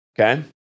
okay